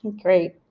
Great